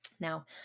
Now